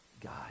God